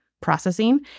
processing